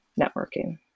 networking